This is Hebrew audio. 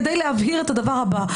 כדי להבהיר את הדבר הבא.